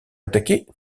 attaqué